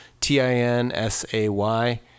T-I-N-S-A-Y